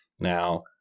Now